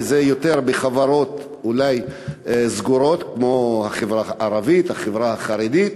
ואולי זה יותר בחברות סגורות כמו החברה הערבית והחברה החרדית.